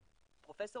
פרופ'